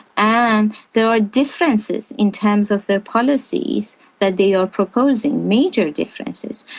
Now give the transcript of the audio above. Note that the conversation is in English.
and there are differences in terms of the policies that they are proposing, major differences.